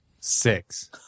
Six